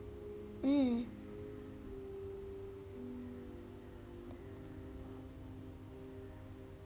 mm